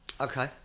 Okay